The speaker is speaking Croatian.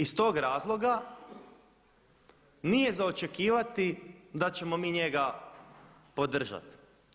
I iz tog razloga nije za očekivati da ćemo mi njega podržati.